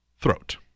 throat